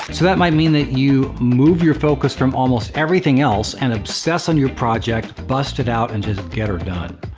so that might mean that you move your focus, from almost everything else, and obsess on your project, bust it out, and just get her done.